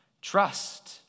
trust